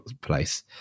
place